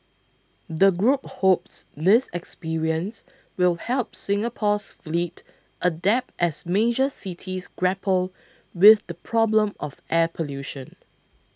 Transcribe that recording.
the group hopes this experience will help Singapore's fleet adapt as major cities grapple with the problem of air pollution